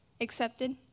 accepted